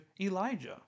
Elijah